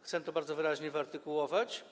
i chcę to bardzo wyraźnie wyartykułować.